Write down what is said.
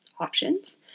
options